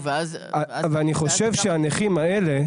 אני חושב שהנכים האלה,